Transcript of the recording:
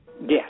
Yes